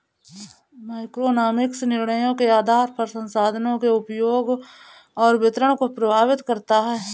microeconomics निर्णयों के आधार पर संसाधनों के उपयोग और वितरण को प्रभावित करता है